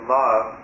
love